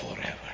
forever